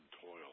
toil